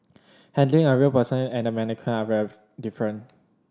handling a real person and a mannequin are very different